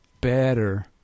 better